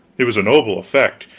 it was a noble effect.